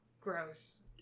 Gross